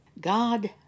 God